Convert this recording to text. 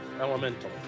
Elemental